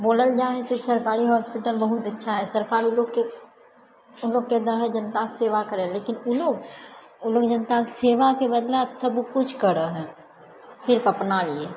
बोलल जा है कि सरकारी हॉस्पिटल बहुत अच्छा है सरकार ओ लोग के ओ लोगके दै है जनताके सेवा करै लए लेकिन ओ लोग जनताके सेवाके बदला सबकिछु करै है सिर्फ अपना लियऽ